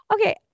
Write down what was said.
Okay